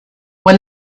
when